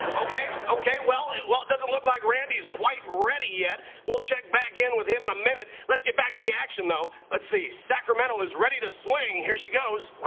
okay. okay. well, it doesn't look like randy's quite ready yet. we'll check back in with him in a minute. let's get back to the action, though. let's see. sacramento is ready to swing. here she goes.